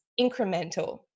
incremental